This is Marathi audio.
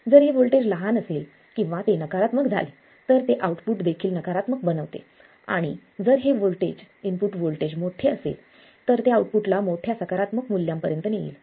जर हे व्होल्टेज लहान असेल किंवा ते नकारात्मक झाले तर ते आउटपुट देखील नकारात्मक बनवते आणि जर हे इनपुट व्होल्टेज मोठे असेल तर ते आउटपुटला मोठ्या सकारात्मक मूल्यांपर्यंत नेईल